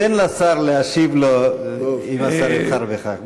תן לשר להשיב לו אם השר יבחר בכך.